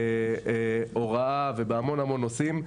בהוראה ובהמון נושאים.